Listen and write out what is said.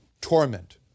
torment